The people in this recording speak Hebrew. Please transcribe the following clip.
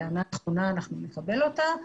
טענה נכונה אנחנו נקבל אותה,